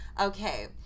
Okay